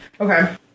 Okay